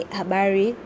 habari